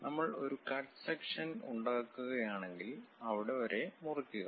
നമ്മൾ ഒരു cut section ഉണ്ടാക്കുകയാണെങ്കിൽ അവിടെ വരെ മുറിക്കുക